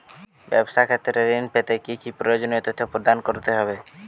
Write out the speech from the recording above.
ব্যাবসা ক্ষেত্রে ঋণ পেতে কি কি প্রয়োজনীয় তথ্য প্রদান করতে হবে?